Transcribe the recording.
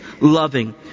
loving